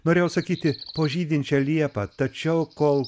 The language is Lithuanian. norėjau sakyti po žydinčia liepa tačiau kol